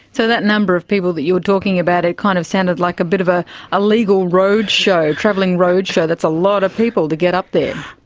so that number of people that you are talking about, it kind of sounded like a bit of a a legal roadshow, a travelling roadshow. that's a lot of people to get up there.